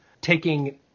taking